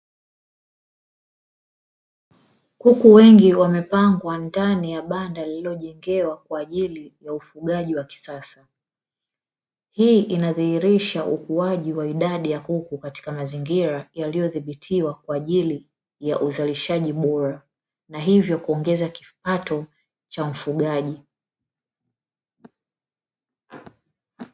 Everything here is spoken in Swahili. kuku wengi wamepangwa ndani ya banda lililojengewa kwa ajili ya ufugaji wa kisasa, hii inadhihirisha ukuaji wa idadi ya kuku katika mazingira yaliyodhibitiwa kwa ajili ya uzalishaji bora, na hivyo kuongeza kipato cha mfugaji.